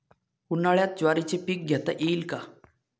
उन्हाळ्यात ज्वारीचे पीक घेता येईल का?